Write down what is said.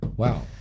Wow